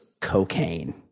cocaine